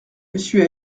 monsieur